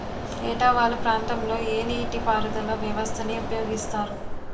ఏట వాలు ప్రాంతం లొ ఏ నీటిపారుదల వ్యవస్థ ని ఉపయోగిస్తారు?